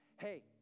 Hey